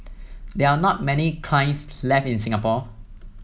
there are not many kilns left in Singapore